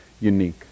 unique